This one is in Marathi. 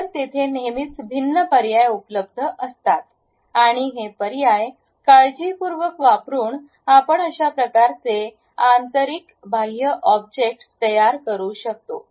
तर तेथे नेहमीच भिन्न पर्याय उपलब्ध असतात आणि हे पर्याय काळजीपूर्वक वापरून आपण अशा प्रकारचे आंतरिक बाह्य ऑब्जेक्टस तयार करू शकतो